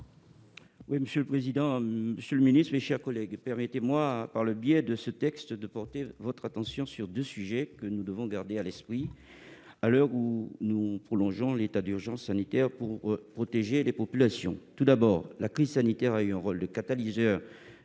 nous ! La parole est à M. Dominique Théophile, sur l'article. Permettez-moi, par le biais de ce texte, d'appeler votre attention sur deux sujets que nous devons garder à l'esprit, à l'heure où nous prolongeons l'état d'urgence sanitaire pour protéger les populations. Tout d'abord, la crise sanitaire a joué un rôle de catalyseur